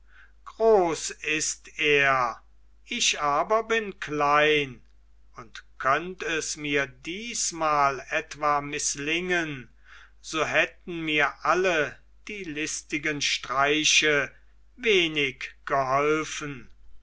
groß ist er ich aber bin klein und könnt es mir diesmal etwa mißlingen so hätten mir alle die listigen streiche wenig geholfen